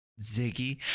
Ziggy